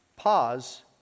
pause